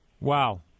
wow